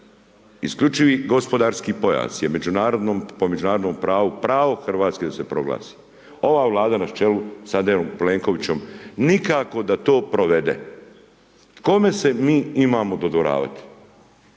Isključiti gospodarski pojas je međunarodnom, po međunarodnom pravu, pravo Hrvatske da se proglasi, ova Vlada na čelu s Andrejom Planekovićem nikako da to provede. Kome se mi imamo dodvoravati,